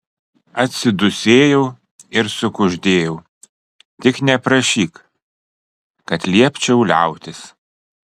atsidūsėjau ir sukuždėjau tik neprašyk kad liepčiau liautis